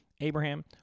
Abraham